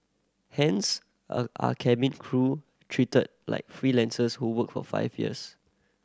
hence are cabin crew treated like freelancers who work for five years